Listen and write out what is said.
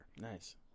nice